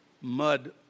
mud